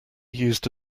used